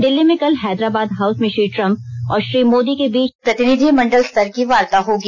दिल्ली में कल हैदराबाद हाउस में श्री ट्रम्प और श्री मोदी के बीच प्रतिनिधि मंडल स्तर की वार्ता होगी